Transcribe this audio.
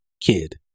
kid